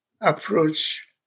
approach